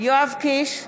יואב קיש,